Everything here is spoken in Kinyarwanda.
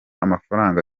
amafaranga